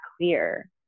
clear